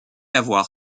avoir